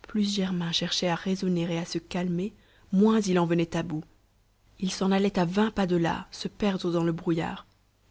plus germain cherchait à raisonner et à se calmer moins il en venait à bout il s'en allait à vingt pas de là se perdre dans le brouillard